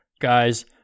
guys